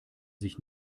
sich